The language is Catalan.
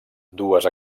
dues